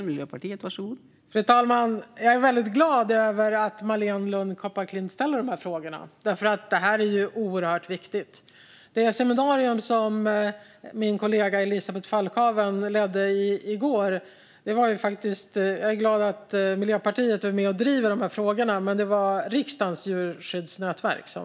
Fru talman! Jag är glad över att Marléne Lund Kopparklint ställer dessa frågor, för det här är viktigt. Jag är glad att Miljöpartiet är med och driver dessa frågor, men det seminarium som min kollega Elisabeth Falkhaven ledde arrangerades av Riksdagens djurskyddsnätverk.